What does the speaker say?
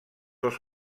els